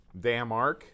Damark